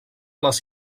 les